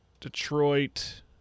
Detroit